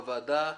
בוועדה,